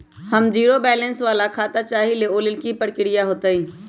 हम zero balance वाला खाता चाहइले वो लेल की की प्रक्रिया होतई?